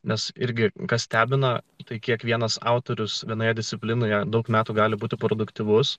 nes irgi kas stebina tai kiekvienas autorius vienoje disciplinoje daug metų gali būti produktyvus